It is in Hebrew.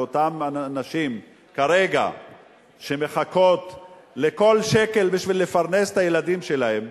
לאותן נשים שכרגע מחכות לכל שקל כדי לפרנס את הילדים שלהן,